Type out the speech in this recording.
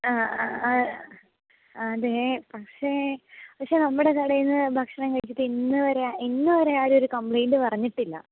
ആ ആ ആ അതെ പക്ഷേ പക്ഷേ നമ്മുടെ കടയിൽ നിന്ന് ഭക്ഷണം കഴിച്ചിട്ട് ഇന്ന് വരെ ഇന്ന് വരെ ആരും ഒര് കംപ്ലെയിൻറ്റ് പറഞ്ഞിട്ടില്ല